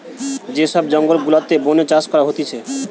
যে সব জঙ্গল গুলাতে বোনে চাষ করা হতিছে